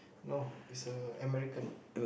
no he's a American